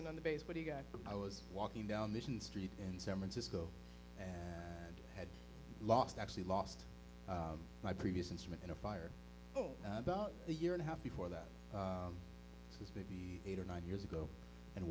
mason on the bass but he got i was walking down the street in san francisco and had lost actually lost my previous instrument in a fire oh about a year and a half before that the eight or nine years ago and